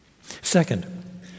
Second